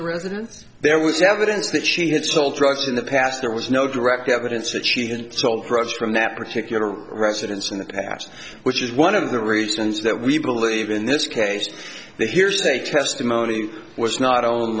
the residence there was evidence that she had sold drugs in the past there was no direct evidence that she even sold drugs from that particular residence in the past which is one of the reasons that we believe in this case the hearsay testimony was not on